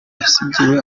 yasigiwe